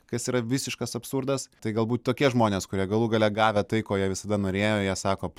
kas yra visiškas absurdas tai galbūt tokie žmonės kurie galų gale gavę tai ko jie visada norėjo jie sako